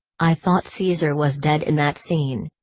i thought caesar was dead in that scene.